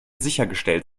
sichergestellt